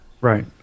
Right